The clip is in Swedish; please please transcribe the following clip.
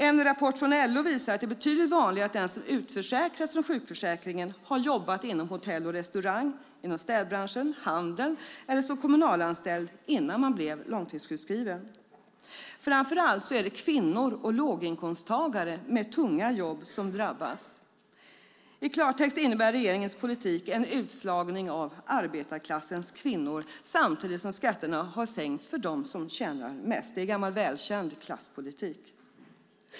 En rapport från LO visar att det är betydligt vanligare att de som utförsäkras från sjukförsäkringen har jobbat inom hotell och restaurang, städbranschen eller handeln eller varit kommunalanställda innan de blev långtidssjukskrivna. Framför allt är det kvinnor och låginkomsttagare med tunga jobb som drabbas. I klartext innebär regeringens politik en utslagning av arbetarklassens kvinnor samtidigt som skatterna har sänkts för dem som tjänar mest. Det är gammal välkänd klasspolitik.